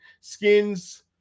Skins